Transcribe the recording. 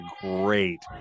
great